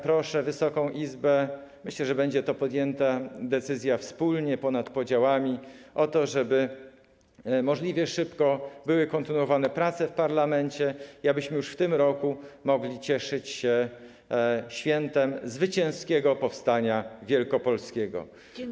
Proszę Wysoką Izbę - myślę, że będzie to decyzja podjęta wspólnie, ponad podziałami - o to, żeby możliwie szybko były kontynuowane prace w parlamencie i abyśmy już w tym roku mogli cieszyć się świętem zwycięskiego powstania wielkopolskiego.